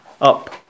up